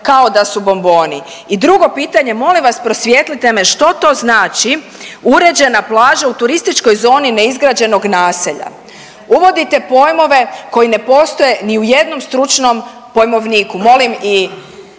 kao da su bomboni. I drugo pitanje, molim vas prosvijetlite me, što to znači uređena plaža u turističkoj zoni neizgrađenog naselja? Uvodite pojmove koji ne postoje ni u jednom stručnom pojmovniku.